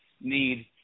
need